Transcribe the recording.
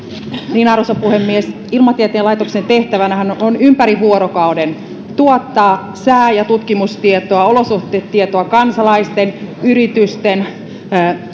arvoisa puhemies ilmatieteen laitoksen tehtävänähän on ympäri vuorokauden tuottaa sää ja tutkimustietoa olosuhdetietoa kansalaisten yritysten